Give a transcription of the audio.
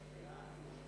התש"ע 2010,